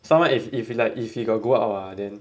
someone if if he like if he got go out ah then